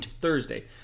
Thursday